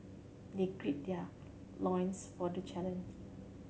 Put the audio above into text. they gird their loins for the challenge